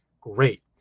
great